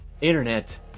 Internet